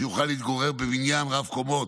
שיוכל להתגורר בבניין רב-קומות